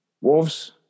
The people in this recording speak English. wolves